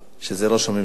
שזה ראש הממשלה.